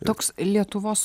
toks lietuvos